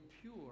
pure